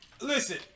Listen